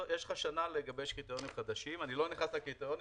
יש לך שנה לגבש קריטריונים חדשים - אני לא נכנס לקריטריונים,